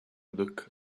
look